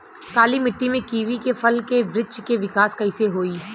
काली मिट्टी में कीवी के फल के बृछ के विकास कइसे होई?